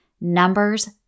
Numbers